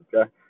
okay